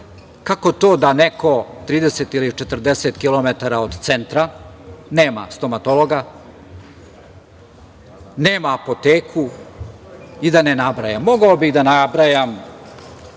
kako to da neko 30 ili 40 kilometara od centra nema stomatologa, nema apoteku i da ne nabrajam? Mogao bih da nabrajam